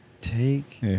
Take